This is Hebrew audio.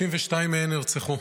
32 מהן נרצחו.